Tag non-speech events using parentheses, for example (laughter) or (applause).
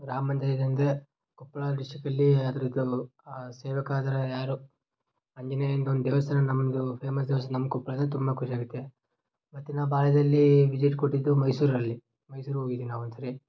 ರಾಮ ಮಂದಿರದಿಂದ ಕೊಪ್ಪಳ ಡಿಸ್ಟಿಕಲ್ಲೀ ಅದ್ರದ್ದು (unintelligible) ಆ ಸೇವಕ ಆದರೆ ಯಾರು ಆಂಜನೇಯಂದು ಒಂದು ದೇವಸ್ಥಾನ ನಮ್ಮದೂ ಫೇಮಸ್ ದೇವ ನಮ್ಮ ಕೊಪ್ಳದಲ್ಲಿ ತುಂಬ ಖುಷಿ ಆಗುತ್ತೆ ಮತ್ತು ನಾ ಬಾಲ್ಯದಲ್ಲೀ ವಿಸಿಟ್ ಕೊಟ್ಟಿದ್ದು ಮೈಸೂರಲ್ಲಿ ಮೈಸೂರಿಗೆ ಹೋಗಿದ್ದೆ ನಾ ಒಂದು ಸರಿ